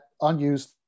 unused